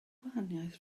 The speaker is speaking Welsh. gwahaniaeth